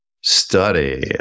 study